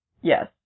Yes